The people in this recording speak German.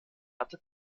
hatte